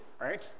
right